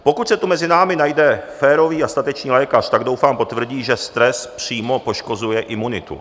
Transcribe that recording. Pokud se tu mezi námi najde férový a statečný lékař, tak doufám potvrdí, že stres přímo poškozuje imunitu.